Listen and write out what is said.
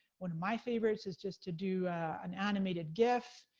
one of my favorites is just to do an animated gif,